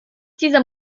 dieser